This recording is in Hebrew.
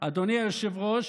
אדוני היושב-ראש,